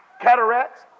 cataracts